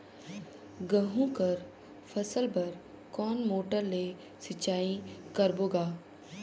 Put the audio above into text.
गहूं कर फसल बर कोन मोटर ले सिंचाई करबो गा?